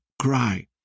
cry